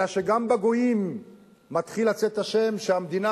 אלא שגם בגויים מתחיל לצאת השם שהמדינה